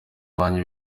banki